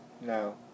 No